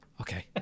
Okay